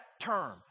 term